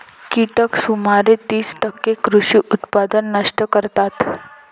कीटक सुमारे तीस टक्के कृषी उत्पादन नष्ट करतात